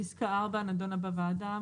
פסקה (4) נדונה בוועדה.